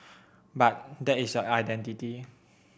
but that is your identity